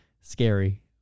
scary